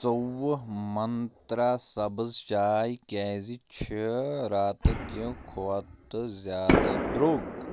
ژۄوُہ منٛترٛا سبٕز چاے کیٛازِ چھِ راتہٕ کہِ کھۄتہٕ زیادٕ درٛوگ